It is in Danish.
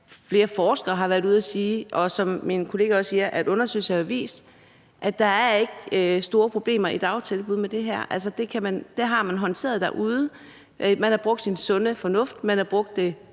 flere forskere har været ude og sige – som mine kollegaer også siger – at undersøgelser har vist, at der ikke er store problemer med det her i dagtilbuddene. Det har man håndteret derude. Man har brugt sin sunde fornuft. Pædagogerne har brugt deres